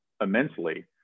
immensely